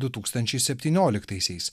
du tūkstančiai septynioliktaisiais